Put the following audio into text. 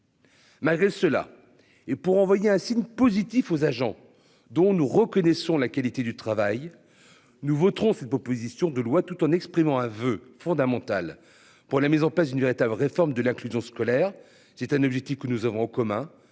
Malgré cela et pour envoyer un signe positif aux agents dont nous reconnaissons la qualité du travail. Nous voterons cette proposition de loi, tout en exprimant un voeu fondamental pour la mise en place d'une véritable réforme de l'inclusion scolaire c'est un objectif que nous avons en commun